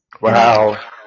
Wow